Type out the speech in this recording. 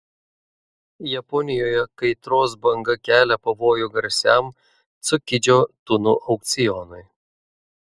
japonijoje kaitros banga kelia pavojų garsiam cukidžio tunų aukcionui